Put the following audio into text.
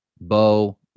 Bo